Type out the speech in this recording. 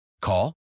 Call